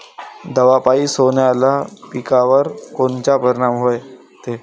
दवापायी सोल्याच्या पिकावर कोनचा परिनाम व्हते?